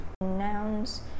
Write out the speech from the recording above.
nouns